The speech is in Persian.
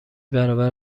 برابر